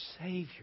Savior